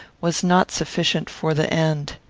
was not sufficient for the end.